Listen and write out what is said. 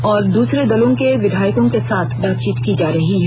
और दूसरे दलों के विधायकों के साथ बातचीत की जा रही है